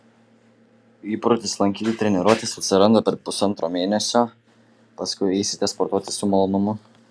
įprotis lankyti treniruotes atsiranda per pusantro mėnesio paskui eisite sportuoti su malonumu